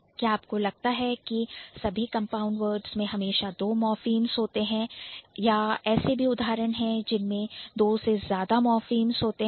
क्या आपको लगता है कि सभी कंपाउंड वर्ड्स में हमेशा दो मॉर्फीम्स होते हैं अथवा क्या ऐसे भी उदाहरण है जिनमें दो से ज्यादा मॉर्फीम्स होते हैं